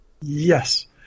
Yes